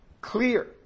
clear